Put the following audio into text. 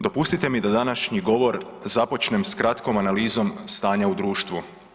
Dopustite mi da današnji govor započnem s kratkom analizom stanja u društvu.